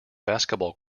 basketball